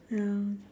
ya